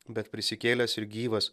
bet prisikėlęs ir gyvas